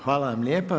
Hvala vam lijepa.